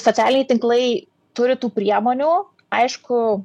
socialiniai tinklai turi tų priemonių aišku